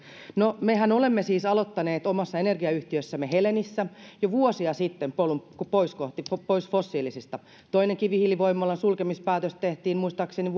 no mehän olemme siis aloittaneet omassa energiayhtiössämme helenissä jo vuosia sitten polun pois fossiilisista toinen kivihiilivoimalan sulkemispäätös tehtiin muistaakseni